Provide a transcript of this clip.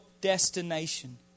destination